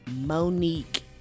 Monique